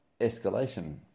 escalation